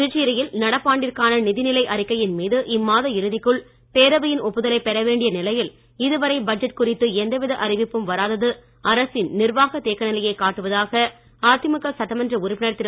புதுச்சேரியில் நடப்பாண்டிற்கான நிதிநிலை அறிக்கைமீது இம்மாத இறுதிக்குள் பேரவையின் ஒப்புதலை பெற வேண்டிய நிலையில் இதுவரை பட்ஜெட் குறித்த எந்தவித அறிவிப்பும் வராதது அரசின் நிர்வாக தேக்கநிலையை காட்டுவதாக அதிமுக சட்டமன்ற உறுப்பினர் திரு